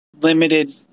limited